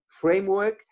framework